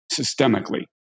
systemically